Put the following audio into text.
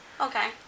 Okay